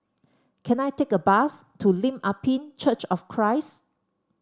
can I take a bus to Lim Ah Pin Church of Christ